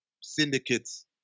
syndicates